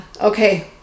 Okay